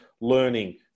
learning